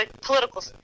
political